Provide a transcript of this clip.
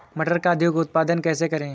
मटर का अधिक उत्पादन कैसे करें?